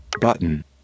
button